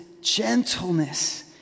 gentleness